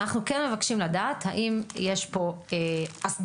אנחנו כן מבקשים לדעת האם יש פה הסדרה